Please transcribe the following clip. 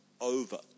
over